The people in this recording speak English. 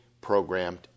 programmed